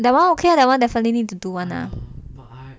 that one okay lah that one definitely need to do [one] ah